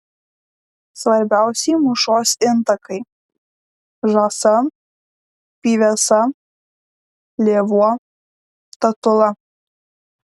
svarbiausi mūšos intakai žąsa pyvesa lėvuo tatula